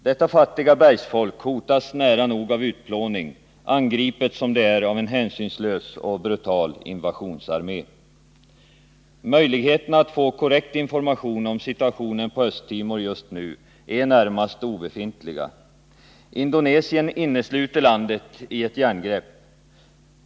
Detta fattiga bergsfolk hotas nära nog av utplåning, angripet som det är av en hänsynslös och brutal invasionsarmé. Möjligheterna att få korrekt information om situationen på Östtimor är just nu närmast obefintliga. Indonesien innesluter landet i ett järngrepp.